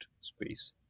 space